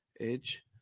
Edge